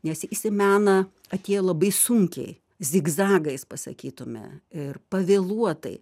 nes jis į meną atėjo labai sunkiai zigzagais pasakytume ir pavėluotai